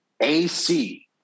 AC